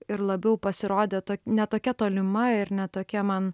ir labiau pasirodė ne tokia tolima ir ne tokia man